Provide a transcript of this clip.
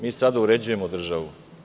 Mi sada uređujemo državu.